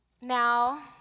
Now